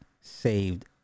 saved